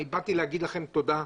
באתי להגיד לכם תודה.